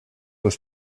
was